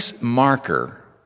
marker